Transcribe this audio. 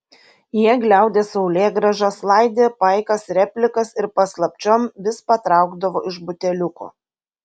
jie gliaudė saulėgrąžas laidė paikas replikas ir paslapčiom vis patraukdavo iš buteliuko